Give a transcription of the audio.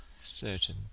certain